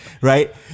Right